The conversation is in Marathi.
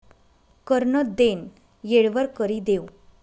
कर नं देनं येळवर करि देवं